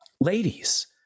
ladies